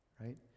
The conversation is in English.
right